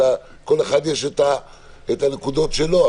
אלא לכל אחד יש את הנקודות שלו,